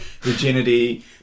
virginity